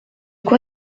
quoi